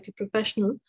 professional